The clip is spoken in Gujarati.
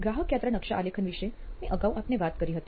ગ્રાહક યાત્રા નકશા આલેખન વિષે મેં અગાઉ આપને વાત કરી હતી